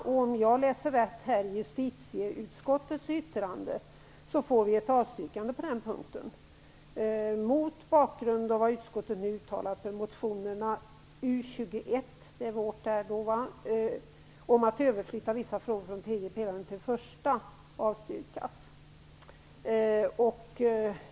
Om jag läser rätt i justitieutskottets yttrande blir det ett avstyrkande på den punkten. Det står: Mot bakgrund av vad utskottet har uttalat bör motion U 21 - det är vår motion - om att överflytta vissa frågor från tredje pelaren till den första, avstyrkas.